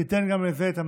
תיתן גם לזה את המענה,